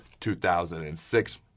2006